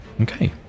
Okay